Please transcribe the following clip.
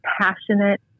passionate